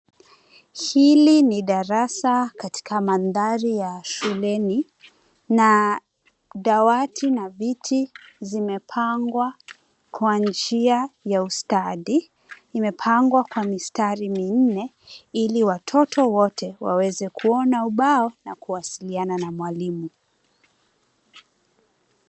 Hili ni darasa katika mandhari ya shuleni na dawati na viti zimepangwa kwa njia ya ustadi. Imepangwa kwa mistari minne ili watoto wote waweze kuona ubao na kuwasiliana na mwalimu.